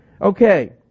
Okay